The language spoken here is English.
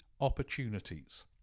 opportunities